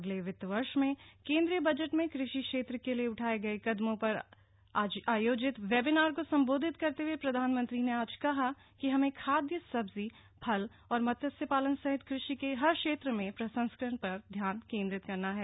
अगले वित्त वर्ष में केंद्रीय बजट में कृषि क्षेत्र के लिए उठाए गए कदमों पर आयोजित वेबिनार को संबोधित करते हुए प्रधानमंत्री ने आज कहा कि हमें खादय सब्जी फल और मत्स्यपालन सहित कृषि के हर क्षेत्र में प्रसंस्करण पर ध्यान केंद्रित करना है